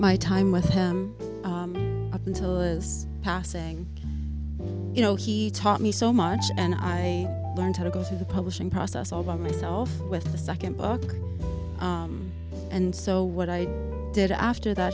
my time with him up until i was passing you know he taught me so much and i learned how to go through the publishing process all by myself with the nd book and so what i did after that